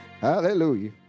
Hallelujah